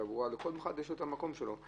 לכל אחד יש את המקום שלו.